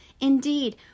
Indeed